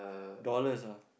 dollars ah